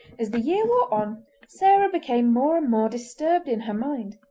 as the year wore on sarah became more and more disturbed in her mind.